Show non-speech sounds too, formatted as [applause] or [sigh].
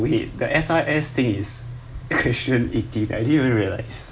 wait the S_R_S thing is [noise] question eighteen I didn't even realize